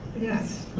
yes.